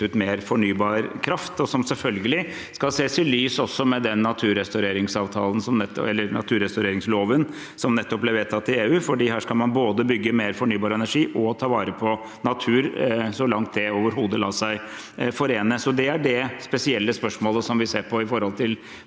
mer fornybar kraft, og som selvfølgelig skal ses i lys av den naturrestaureringsloven som nettopp ble vedtatt i EU. Her skal man både bygge mer fornybar energi og ta vare på natur, så langt det overhodet lar seg forene. Det er det spesielle spørsmålet vi ser på i brevet